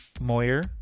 Moyer